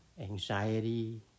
anxiety